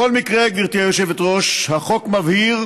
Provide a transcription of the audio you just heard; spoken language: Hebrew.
בכל מקרה, גברתי היושבת-ראש, החוק מבהיר